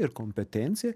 ir kompetencija